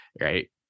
right